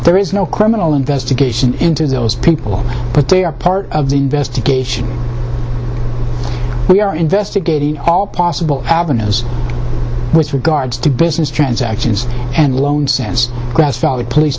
there is no criminal investigation into those people but they are part of the investigation we are investigating all possible avenues with regards to business transactions and loan